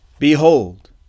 Behold